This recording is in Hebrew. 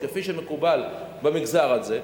כפי שמקובל במגזר הזה,